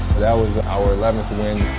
that was our eleventh win,